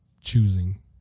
choosing